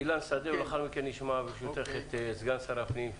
אילן שדה ולאחר מכן נשמע ברשותך את סגן שר הפנים.